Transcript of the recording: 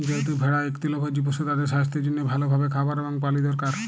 যেহেতু ভেড়া ইক তৃলভজী পশু, তাদের সাস্থের জনহে ভাল ভাবে খাবার এবং পালি দরকার